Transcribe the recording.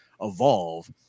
evolve